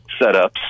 setups